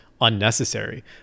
unnecessary